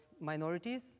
minorities